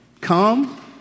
Come